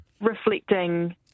reflecting